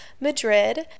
Madrid